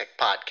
Podcast